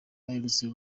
aherutse